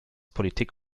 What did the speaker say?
politik